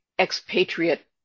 expatriate